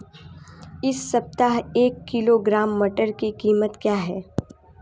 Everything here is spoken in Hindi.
इस सप्ताह एक किलोग्राम मटर की कीमत क्या है?